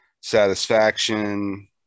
Satisfaction